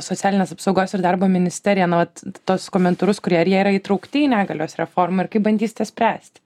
socialinės apsaugos ir darbo ministerija nu vat tuos komentarus kur ir jie yra įtraukti į negalios reformą ir kaip bandysite spręsti